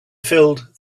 filled